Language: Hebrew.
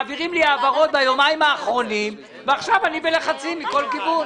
מעבירים לי העברות ביומיים האחרונים ועכשיו אני בלחצים מכל כיוון.